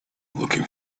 looking